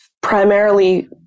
primarily